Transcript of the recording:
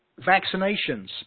Vaccinations